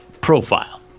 profile